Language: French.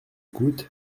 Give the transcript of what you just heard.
coûte